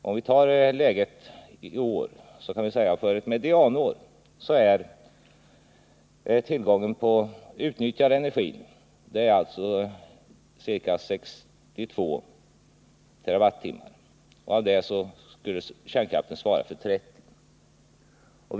Driftåret 1979/80 räknar vi med att utnyttja ca 100 TWh elektrisk energi. Av den mängden energi skulle kärnkraften svara för 30 TWh.